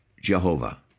Jehovah